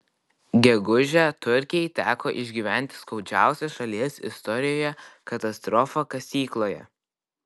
gegužę turkijai teko išgyventi skaudžiausią šalies istorijoje katastrofą kasykloje